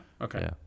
Okay